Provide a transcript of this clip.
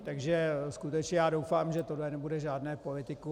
Takže skutečně doufám, že tohle nebude žádné politikum.